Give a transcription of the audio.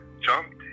jumped